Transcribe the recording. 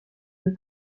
deux